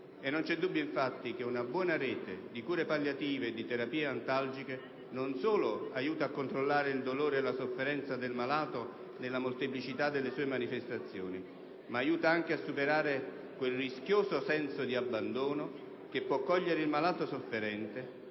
non c'è dubbio infatti che una buona rete di cure palliative e di terapie antalgiche non solo aiuta a controllare il dolore e la sofferenza del malato nella molteplicità delle sue manifestazioni, ma aiuta anche a superare quel rischioso senso di abbandono che può cogliere il malato sofferente